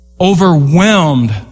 overwhelmed